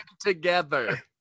together